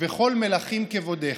וכל מלכים כבודך".